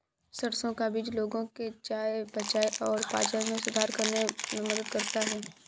सरसों का बीज लोगों के चयापचय और पाचन में सुधार करने में मदद करता है